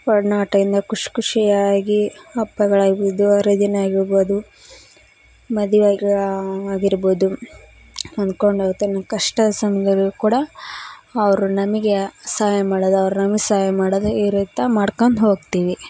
ಒಡ್ನಾಟದಿಂದ ಖುಷಿ ಖುಷಿಯಾಗಿ ಹಬ್ಬಗಳು ಆಗಿದು ಹರಿದಿನ ಆಗಿರ್ಬೋದು ಮದುವೆಗೆ ಆಗಿರ್ಬೋದು ಹೊಂದ್ಕೊಂಡು ತನ್ನ ಕಷ್ಟ ಸಮ್ಯದಲ್ಲು ಕೂಡ ಅವರು ನಮಗೆ ಸಹಾಯ ಮಾಡೋದು ಅವ್ರು ನಮ್ಗೆ ಸಹಾಯ ಮಾಡೋದು ಈ ರೀತಿ ಮಾಡ್ಕಂಡ್ ಹೋಗ್ತೀವಿ